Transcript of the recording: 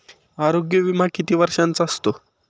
आरोग्य विमा किती वर्षांचा असतो?